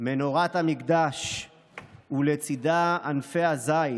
מנורת המקדש ולצידה ענפי הזית,